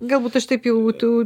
galbūt aš taip jau tų